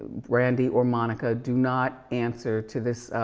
brandy or monica, do not answer to this,